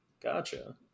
gotcha